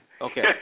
Okay